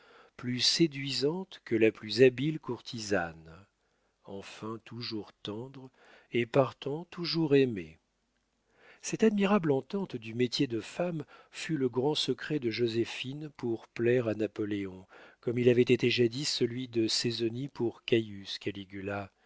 plus séduisante que la plus habile courtisane enfin toujours tendre et partant toujours aimée cette admirable entente du métier de femme fut le grand secret de joséphine pour plaire à napoléon comme il avait été jadis celui de césonie pour caïus caligula